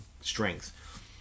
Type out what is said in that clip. strength